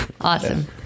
Awesome